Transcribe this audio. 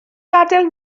gadael